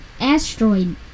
asteroid